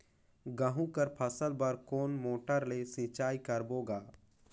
गहूं कर फसल बर कोन मोटर ले सिंचाई करबो गा?